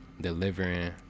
Delivering